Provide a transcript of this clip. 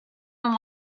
even